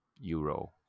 Euro